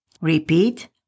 Repeat